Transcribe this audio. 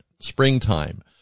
springtime